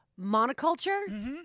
monoculture